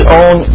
own